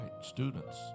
Students